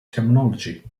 terminology